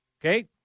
Okay